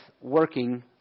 working